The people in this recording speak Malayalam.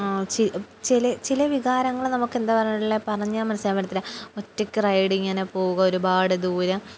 ച ചില ചില വികാരങ്ങള് നമുക്ക് എന്താ പറയുള്ളേ പറഞ്ഞാൻ മനസ്സ്യാൻ പറ്റത്തില്ല ഒറ്റക്ക് റൈഡിങ്ങനെ പോക ഒരുപാട് ദൂരം